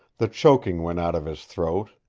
the choking went out of his throat,